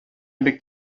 бик